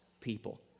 people